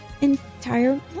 entire